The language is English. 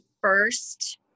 first